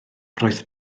roedd